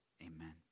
Amen